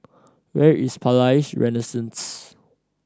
where is Palais Renaissance